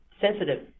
sensitive